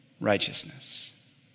righteousness